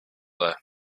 there